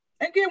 again